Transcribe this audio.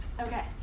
Okay